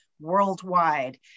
worldwide